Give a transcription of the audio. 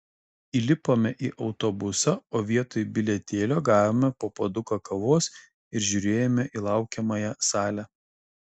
įlipome į autobusą o vietoj bilietėlio gavome po puoduką kavos ir žiūrėjome į laukiamąją salę